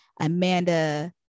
Amanda